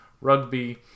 rugby